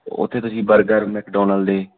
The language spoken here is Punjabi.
ਉੱਥੇ ਤੁਸੀਂ ਬਰਗਰ ਮੈਕਡੋਨਲ ਦੇ